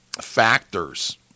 factors